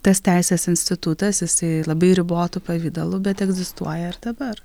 tas teisės institutas jisai labai ribotu pavidalu bet egzistuoja ir dabar